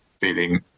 feeling